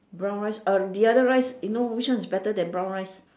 brown rice uh the other rice you know which one is better than brown rice